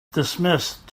dismissed